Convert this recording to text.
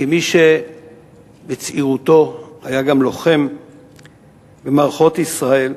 כמי שבצעירותו היה גם לוחם במערכות ישראל,